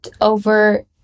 over